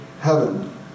heaven